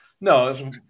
No